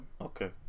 okay